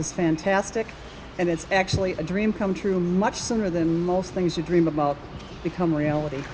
is fantastic and it's actually a dream come true much sooner than most things you dream about become reality